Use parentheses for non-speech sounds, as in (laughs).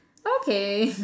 okay (laughs)